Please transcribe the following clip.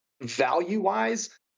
value-wise